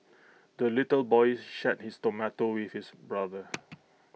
the little boy shared his tomato with his brother